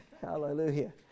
Hallelujah